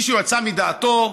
מישהו יצא מדעתו?